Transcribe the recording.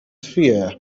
fear